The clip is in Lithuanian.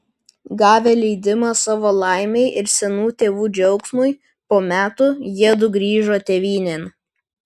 gavę leidimą savo laimei ir senų tėvų džiaugsmui po metų jiedu grįžo tėvynėn